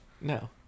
No